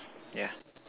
yeah